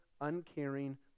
uncaring